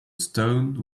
stone